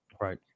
right